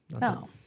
No